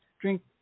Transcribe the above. Drink